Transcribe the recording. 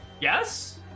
Yes